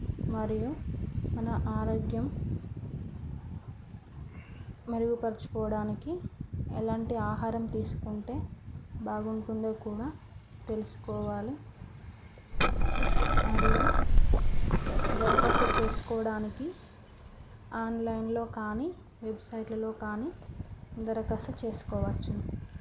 మరియు మన ఆరోగ్యం మెరుగుపరచుకోవడానికి ఎలాంటి ఆహారం తీసుకుంటే బాగుంటుందో కూడా తెలుసుకోవాలి మరియు దరఖాస్తు చేసుకోవడానికి ఆన్లైన్లో కానీ వెబ్సైట్లలో కానీ దరఖాస్తు చేసుకోవచ్చు